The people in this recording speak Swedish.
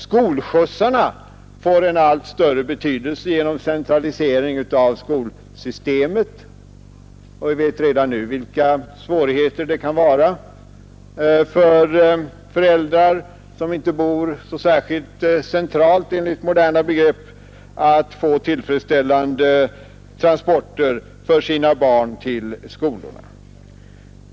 Skolskjutsarna får en allt större betydelse genom centraliseringen av skolsystemet, och vi vet vilka svårigheter föräldrar, som enligt moderna begrepp inte bor särskilt centralt, redan nu kan ha att få tillfredsställande transporter för sina barn till skolorna.